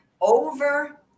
over